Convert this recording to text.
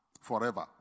forever